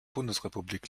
bundesrepublik